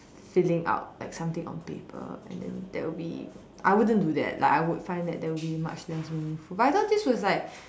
filling up like something on paper and then that would be I wouldn't do that like I would find that that would be much less meaningful but I thought this was like